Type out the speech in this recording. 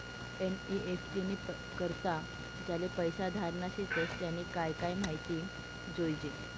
NEFT नी करता ज्याले पैसा धाडना शेतस त्यानी काय काय माहिती जोयजे